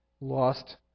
lost